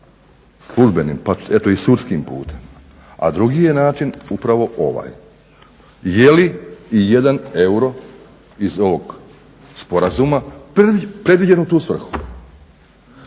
službenim pa eto i sudskim putem, a drugi je način upravo ovaj. Je li ijedan euro i ovog sporazuma predviđen u tu svrhu.